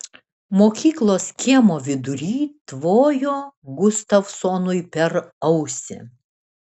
mokyklos kiemo vidury tvojo gustavsonui per ausį